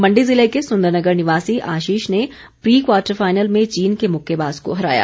मण्डी ज़िले के सुंदरनगर निवासी आशीष ने प्री क्वार्टर फाइनल में चीन के मुक्केबाज़ को हराया